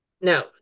no